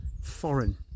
foreign